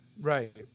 Right